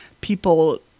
people